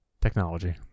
technology